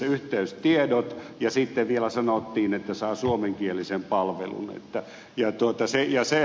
oli yhteystiedot ja sitten vielä sanottiin että saa suomenkielisen palvelun